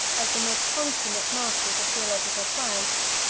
as the most consummate masters of theological science.